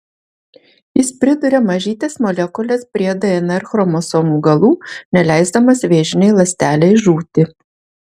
jis priduria mažytes molekules prie dnr chromosomų galų neleisdamas vėžinei ląstelei žūti